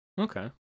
Okay